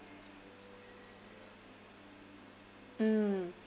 mm